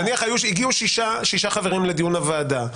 נניח הגיעו שישה חברים לדיון הוועדה,